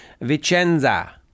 Vicenza